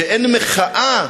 אין מחאה,